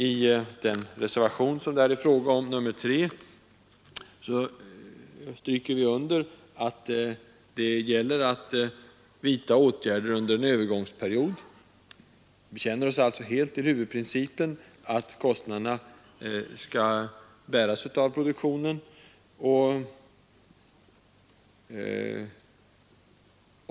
I reservationen 3 stryker vi under att det gäller att vidta åtgärder under en övergångsperiod. Vi bekänner oss alltså helt till huvudprincipen att kostnaderna skall bäras av produktionen.